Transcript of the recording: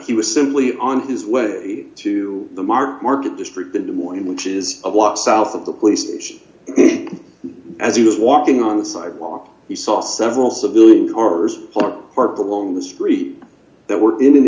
he was simply on his way to the market market district in the morning which is what south of the police station as he was walking on the sidewalk he saw several civilian d cars parked parked along the street that were in an